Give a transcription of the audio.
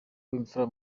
w’imfura